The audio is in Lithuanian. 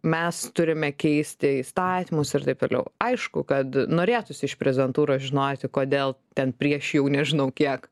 mes turime keisti įstatymus ir taip toliau aišku kad norėtųsi iš prezidentūros žinoti kodėl ten prieš jų nežinau kiek